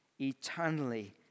eternally